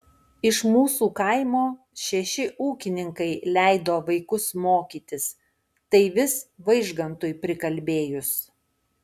iš mūsų kaimo šeši ūkininkai leido vaikus mokytis tai vis vaižgantui prikalbėjus